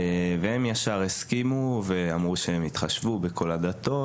והם ישר הסכימו ואמרו שהם יתחשבו בכל הדתות,